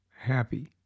happy